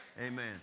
Amen